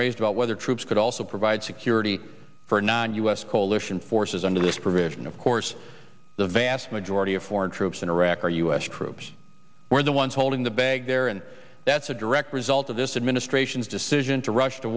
raised about whether troops could also provide security for u s coalition forces under this provision of course the vast majority of foreign troops in iraq are u s troops were the ones holding the bag there and that's a direct result of this administration's decision to rush to